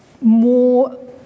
more